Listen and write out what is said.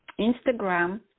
Instagram